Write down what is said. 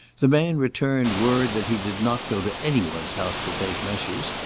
the man returned word that he did not go to any one's house to take measures,